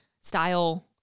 style